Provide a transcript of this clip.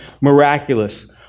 miraculous